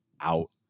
out